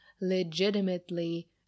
legitimately